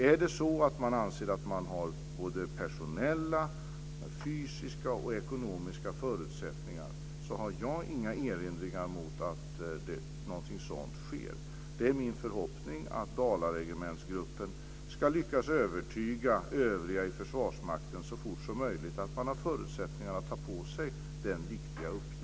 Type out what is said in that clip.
Är det så att man anser att man har personella, fysiska och ekonomiska förutsättningar så har jag inga erinringar mot att något sådant sker. Det är min förhoppning att dalregementsgruppen ska lyckas övertyga övriga i Försvarsmakten så fort som möjligt om att man har förutsättningar att ta på sig den viktiga uppgiften.